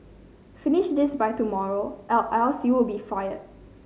finish this by tomorrow or else you'll be fired